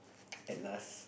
at last